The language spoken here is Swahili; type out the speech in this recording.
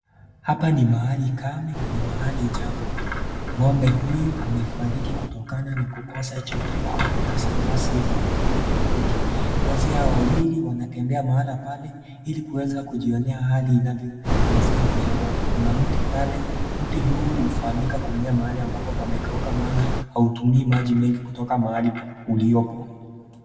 Hapa ni mahali kame na ni mahali jangwa ng'ombe huyu amefariki kutokana na kukosa chakula au kukosa nyasi ili aweze kula akafariki. Wazee hawa wawili wanatembea mahala pale ili kuweza kujionea hali inavyo inazidi kuzorota. Kuna mti pale mti huu hufahamika kumeza mahali ambapo pamekakuka mwanzo hautumii maji mengi kutoka mahali iliopo.